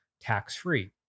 tax-free